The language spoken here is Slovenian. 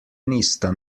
nista